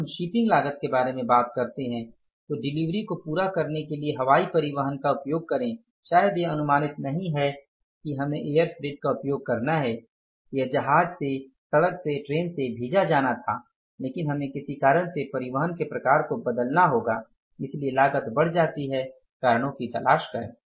फिर हम शिपिंग लागत के बारे में बात करते हैं तो डिलीवरी को पूरा करने के लिए हवाई परिवहन का उपयोग करें शायद यह अनुमानित नहीं है कि हमें एयर फ्रेट का उपयोग करना है यह जहाज से सड़क से ट्रेन से भेजा जाना था लेकिन हमें किसी कारण से परिवहन के प्रकार को बदलना होगा इसलिए लागत बढ़ जाती है कारणों की तलाश करें